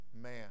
man